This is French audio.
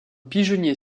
pigeonnier